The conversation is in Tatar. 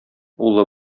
улы